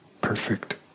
perfect